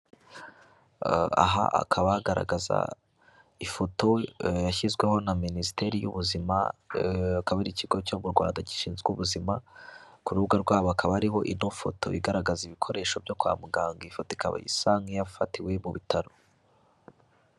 Aha hakaba hagaragaza ifoto yashyizweho na Minisiteri y'Ubuzima, akaba ikigo cyo mu Rwanda gishinzwe ubuzima, ku rubuga rwabo hakaba hariho ifoto igaragaza ibikoresho byo kwa muganga, ifoto ikaba isa nk'iyafatiwe mu bitaro.